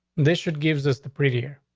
they should give us the previous.